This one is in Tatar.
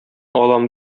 алам